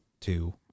two